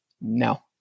no